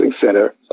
Center